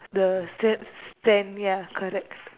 the sa~ sand ya correct